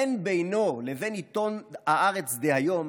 אין בינו לבין עיתון הארץ דהיום